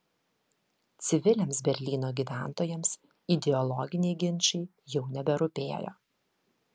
civiliams berlyno gyventojams ideologiniai ginčai jau neberūpėjo